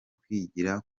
kwigira